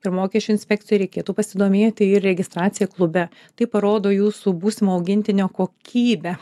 ir mokesčių inspekcijoj reikėtų pasidomėti ir registracija klube tai parodo jūsų būsimo augintinio kokybę